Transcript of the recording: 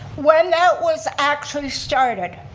when that was actually started,